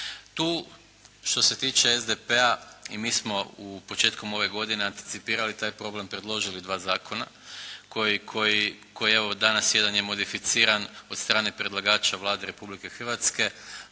Tu što se tiče SDP-a i mi smo u početku ove godine anticipirali taj problem, predložili dva zakona koji, evo danas jedan je modificiran od strane predlagača Vlade Republike Hrvatske